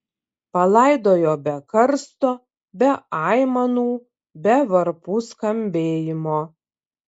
palaidojo be karsto be aimanų be varpų skambėjimo